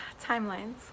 Timelines